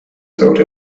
sort